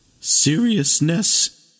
Seriousness